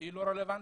לא רלוונטית,